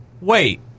Wait